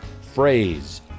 phrase